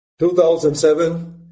2007